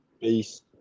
Peace